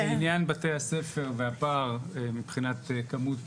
לעניין בתי-הספר והפער לעומת כמות